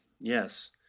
yes